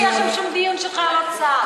היא לא רוצה שיהיה שם שום דיון של חיילות צה"ל,